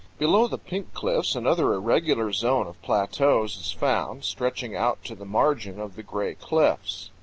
below the pink cliffs another irregular zone of plateaus is found, stretching out to the margin of the gray cliffs.